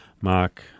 Mark